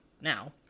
now